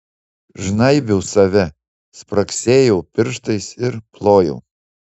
žnaibiau save spragsėjau pirštais ir plojau